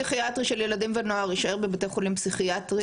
כל עוד האשפוז הפסיכיאטרי של ילדים ונוער יישאר בבתי חולים פסיכיאטריים,